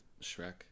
shrek